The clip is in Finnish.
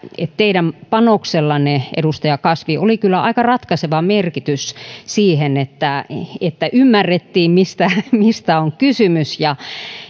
teidän panoksellanne edustaja kasvi oli kyllä aika ratkaiseva merkitys siihen että että ymmärrettiin mistä mistä on kysymys